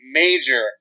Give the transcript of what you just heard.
major